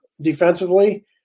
defensively